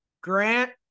Grant